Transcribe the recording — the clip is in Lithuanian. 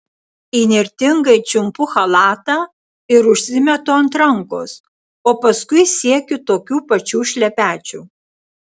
įnirtingai čiumpu chalatą ir užsimetu ant rankos o paskui siekiu tokių pačių šlepečių